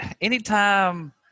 anytime